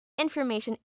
information